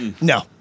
no